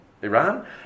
Iran